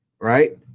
right